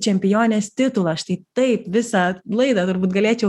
čempionės titulą štai taip visą laidą turbūt galėčiau